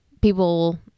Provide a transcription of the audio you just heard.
people